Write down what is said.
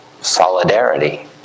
solidarity